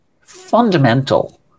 fundamental